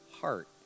heart